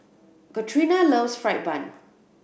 Katrina loves fried bun